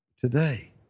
today